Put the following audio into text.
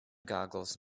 googles